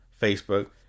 Facebook